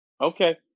Okay